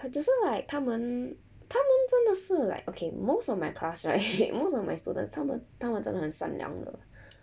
只是 like 他们他们真的是 like okay most of my class right most of my students 他们他们真的很善良的